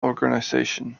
organization